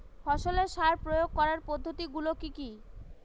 ফসলের সার প্রয়োগ করার পদ্ধতি গুলো কি কি?